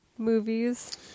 movies